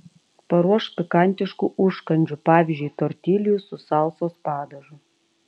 paruošk pikantiškų užkandžių pavyzdžiui tortiljų su salsos padažu